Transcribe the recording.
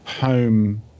home